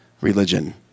religion